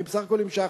אני בסך הכול המשכתי.